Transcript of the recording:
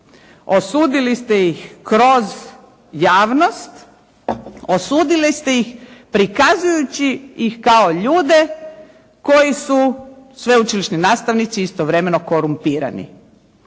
Osudili ste ih kroz javnost, osudili ste ih prikazujući ih kao ljude koji su sveučilišni nastavnici i istovremeno korumpirani.